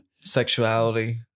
Sexuality